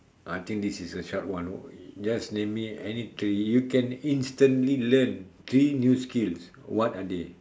I think this is a short one just name me any three you can instantly learn three new skills what are they